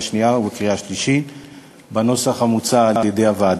השנייה ובקריאה השלישית בנוסח המוצע על-ידי הוועדה.